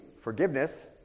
forgiveness